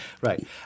right